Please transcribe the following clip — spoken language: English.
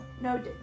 no